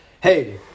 hey